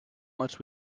much